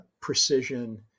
precision